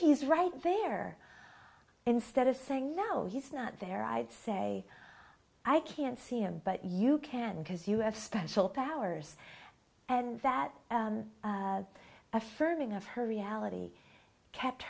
he's right there instead of saying now he's not there i'd say i can't see him but you can't because you have special powers and that affirming of her reality kept